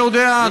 אני יודע,